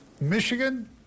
Michigan